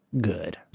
good